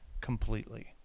completely